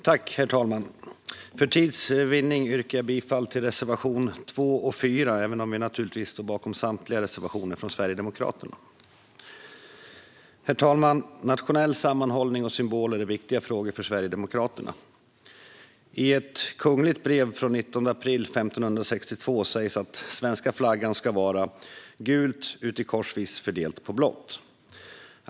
Herr talman! För tids vinnande yrkar jag bifall till reservationerna 2 och 4, även om vi naturligtvis står bakom samtliga reservationer från Sverigedemokraterna. Herr talman! Nationell sammanhållning och symboler är viktiga frågor för Sverigedemokraterna. I ett kungligt brev från den 19 april 1562 sägs att svenska flaggan ska vara "gult udi korssvijs fördeelt påå blott".